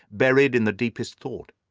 buried in the deepest thought.